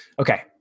Okay